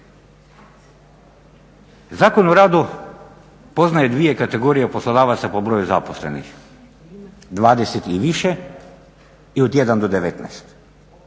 Zakon o radu poznaje dvije kategorije poslodavaca po broju zaposlenih, 20 i više i od 1 do 19.